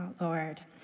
Lord